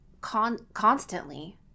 constantly